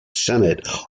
senate